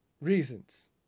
reasons